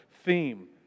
theme